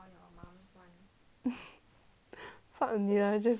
fuck 你啦 jessie